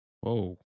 Whoa